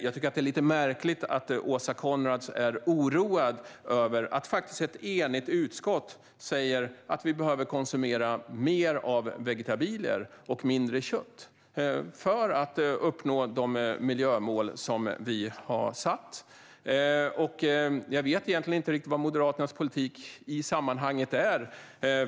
Jag tycker att det är lite märkligt att Åsa Coenraads är oroad över att ett enigt utskott säger att vi behöver konsumera mer vegetabilier och mindre kött för att uppnå de miljömål som vi har satt upp. Jag vet egentligen inte riktigt vad Moderaternas politik i sammanhanget är.